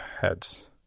heads